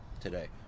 today